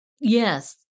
Yes